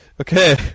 Okay